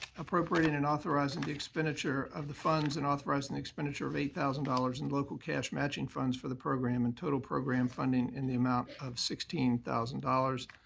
appropriating and authorizing the expenditure of the funds and authorizing the expenditure of eight thousand dollars in local cash matching funds for the program and total program funding in the amount of sixteen thousand dollars.